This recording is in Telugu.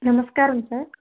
నమస్కారం సార్